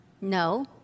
No